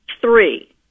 three